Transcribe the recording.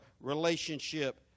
relationship